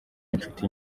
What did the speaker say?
inshuti